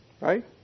Right